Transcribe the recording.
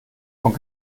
von